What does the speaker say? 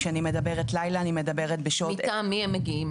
כשאני מדברת לילה אני מדברת בשעות --- מטעם מי הם מגיעים,